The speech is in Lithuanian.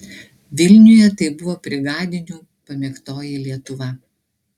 vilniuje tai buvo brigadinių pamėgtoji lietuva